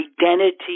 identity